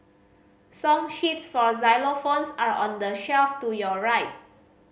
song sheets for xylophones are on the shelf to your right